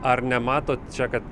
ar nematot čia kad